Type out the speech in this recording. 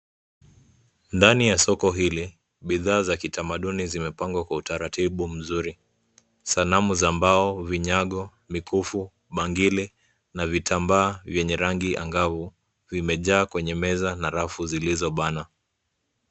Ndani ya soko hili, bidhaa za kitamaduni zimepangwa kwa utaratibu mzuri. Sanamu za mbao. vinyago, mikufu, bangili, na vitambaa vyenye rangi angavu, vimejaa kwenye meza na rafu zilizobana.